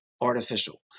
artificial